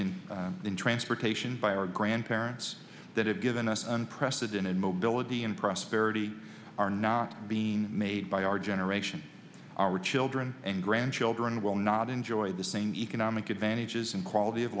the transportation by our grandparents that have given us unprecedented mobility and prosperity are not being made by our generation our are children and grandchildren will not enjoy the same economic advantages and quality of